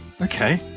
okay